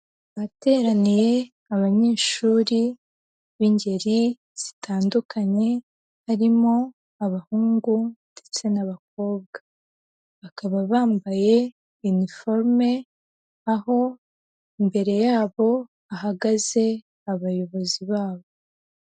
Ahateraniye abanyeshuri b'ingeri zitandukanye barimo abahungu ndetse n'abakobwa. Bakaba bambaye uniform aho imbere yabo hahagaze abayobozi babo.